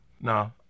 No